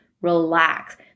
relax